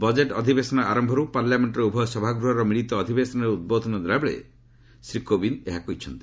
budget ଅଧିବେଶନ ଆରୟରୁ ପାର୍ଲାମେଷ୍କର ଉଭୟ ସଭାଗୃହର ମିଳିତ ଅଧିବେଶନରେ ଉଦ୍ବୋଧନ ଦେଲାବେଳେ ଶ୍ରୀ କୋବିନ୍ଦ ଏହା କହିଛନ୍ତି